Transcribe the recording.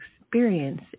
experience